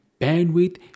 bandwidth